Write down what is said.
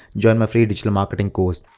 join my free digital marketing course.